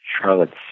Charlotte